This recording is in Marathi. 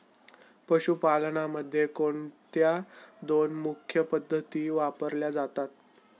पशुपालनामध्ये कोणत्या दोन मुख्य पद्धती वापरल्या जातात?